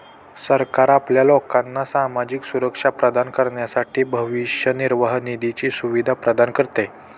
सरकार आपल्या लोकांना सामाजिक सुरक्षा प्रदान करण्यासाठी भविष्य निर्वाह निधीची सुविधा प्रदान करते